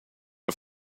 are